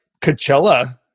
coachella